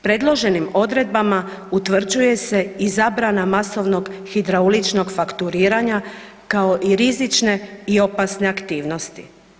Predloženim odredbama utvrđuje se i zabrana masovnog hidrauličnog fakturiranja kao i rizične i opasne aktivnosti.